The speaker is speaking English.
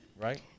right